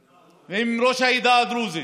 עם פרופ' גמזו ועם ראש העדה הדרוזית,